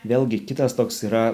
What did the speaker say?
vėlgi kitas toks yra